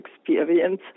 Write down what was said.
experience